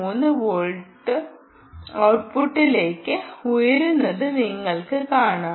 3 ഔട്ട്പുട്ടിലേക്ക് ഉയരുന്നത് നിങ്ങൾക്ക് കാണാം